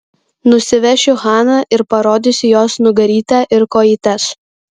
nusivešiu haną ir parodysiu jos nugarytę ir kojytes